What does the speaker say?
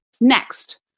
Next